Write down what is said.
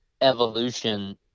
evolution